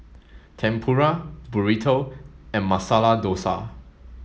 Tempura Burrito and Masala Dosa